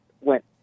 went